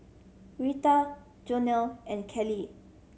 Rheta Jonell and Callie